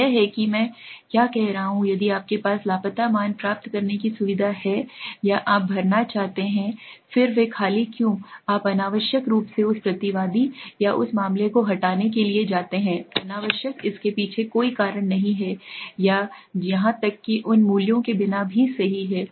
तो यह है कि मैं क्या कह रहा हूं यदि आपके पास लापता मान प्राप्त करने की सुविधा है या आप भरना जानते हैं फिर वे खाली क्यों आप अनावश्यक रूप से उस प्रतिवादी या उस मामले को हटाने के लिए जाते हैं अनावश्यक इसके पीछे कोई कारण नहीं है या यहां तक कि उन मूल्यों के बिना भी सही है